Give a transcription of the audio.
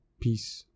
Peace